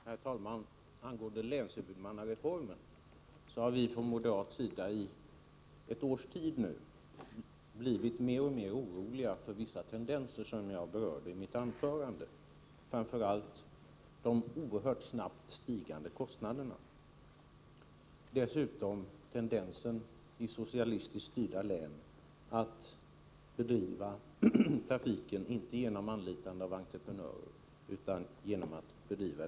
När det gäller länshuvudmannareformen har vi från moderat sida i ett års tid blivit mer och mer oroliga över vissa tendenser som jag berörde i mitt anförande, framför allt de oerhört snabbt stigande kostnaderna men också tendensen i socialistiskt styrda län att bedriva trafiken inte genom anlitande av entreprenör utan i egen regi.